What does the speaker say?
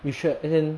you should as in